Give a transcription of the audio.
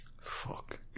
Fuck